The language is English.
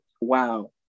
Wow